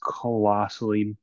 colossally